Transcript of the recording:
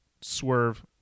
Swerve